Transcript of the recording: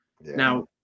Now